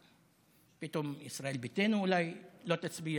פתאום ישראל ביתנו אולי לא תצביע,